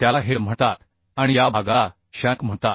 त्याला हेड म्हणतात आणि या भागाला शँक म्हणतात